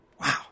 Wow